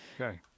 Okay